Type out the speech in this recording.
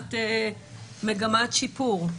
במגמת שיפור.